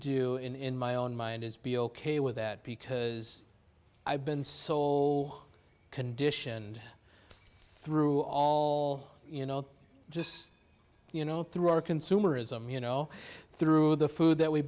do in my own mind is be ok with that because i've been so conditioned through all you know just you know through our consumerism you know through the food that we